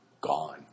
gone